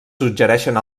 suggereixen